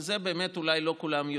ואת זה באמת אולי לא כולם יודעים.